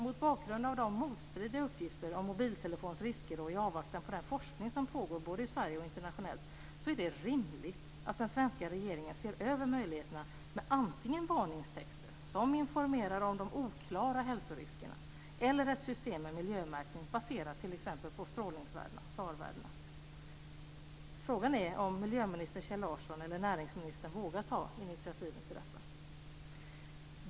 Mot bakgrund av de motstridiga uppgifterna om mobiltelefonins risker, och i avvaktan på den forskning som pågår både i Sverige och internationellt, är det rimligt att den svenska regeringen ser över möjligheterna med antingen varningstexter som informerar om de oklara hälsoriskerna eller ett system med miljömärkning baserat på t.ex. strålningsvärdena, dvs. SAR-värdena. Frågan är om miljöminister Kjell Larsson eller näringsministern vågar ta initiativet till detta.